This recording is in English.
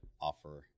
offer